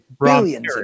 billions